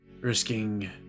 risking